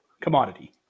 Commodity